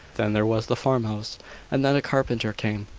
then there was the farmhouse and then a carpenter came,